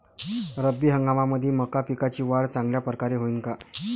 रब्बी हंगामामंदी मका पिकाची वाढ चांगल्या परकारे होईन का?